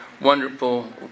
wonderful